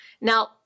Now